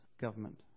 government